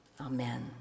Amen